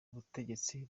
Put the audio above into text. butegetsi